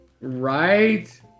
Right